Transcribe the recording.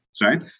right